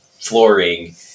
flooring